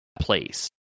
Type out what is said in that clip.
place